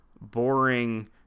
boring